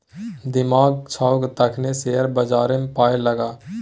दिमाग छौ तखने शेयर बजारमे पाय लगा